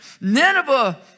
Nineveh